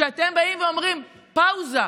כשאתם באים ואומרים פאוזה,